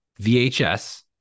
VHS